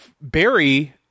Barry